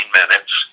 minutes